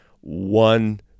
one